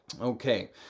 Okay